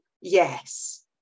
yes